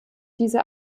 diese